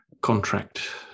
contract